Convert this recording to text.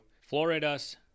Florida's